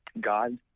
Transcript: God